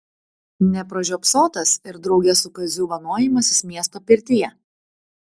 nepražiopsotas ir drauge su kaziu vanojimasis miesto pirtyje